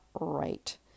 right